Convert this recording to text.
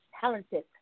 talented